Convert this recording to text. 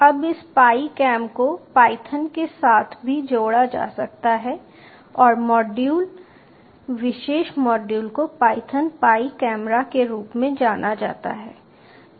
अब इस Pi cam को पायथन के साथ भी जोड़ा जा सकता है और मॉड्यूल विशेष मॉड्यूल को पायथन पाई कैमरा के रूप में जाना जाता है